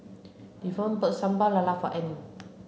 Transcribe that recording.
Devon bought Sambal Lala for Anne